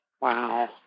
Wow